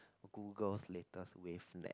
Google'a latest Wave net